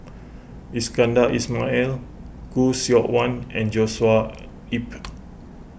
Iskandar Ismail Khoo Seok Wan and Joshua Ip